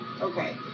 Okay